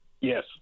Yes